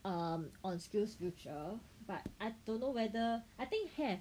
um on SkillsFuture but I don't know whether I think have